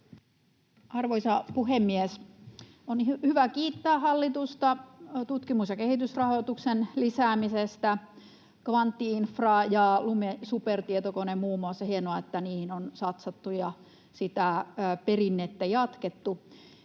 Arvoisa puhemies! On hyvä kiittää hallitusta tutkimus- ja kehitysrahoituksen lisäämisestä, kvantti-infrasta ja Lumi-supertietokoneesta muun muassa — hienoa, että niihin on satsattu ja sitä perinnettä jatkettu.